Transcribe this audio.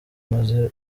maze